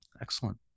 Excellent